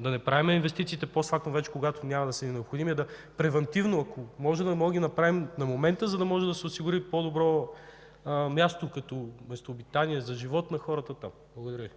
да не правим инвестициите постфактум, вече когато няма да са ни необходими, а превантивно, ако можем да ги направим на момента, за да може да се осигури по-добро място като местообитание, за живот на хората там. Благодаря Ви.